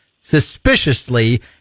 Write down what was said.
suspiciously